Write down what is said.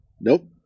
Nope